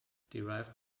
derived